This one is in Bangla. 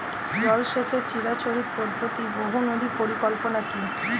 জল সেচের চিরাচরিত পদ্ধতি বহু নদী পরিকল্পনা কি?